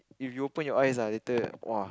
if you open your eyes ah later !woah!